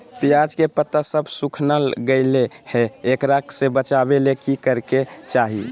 प्याज के पत्ता सब सुखना गेलै हैं, एकरा से बचाबे ले की करेके चाही?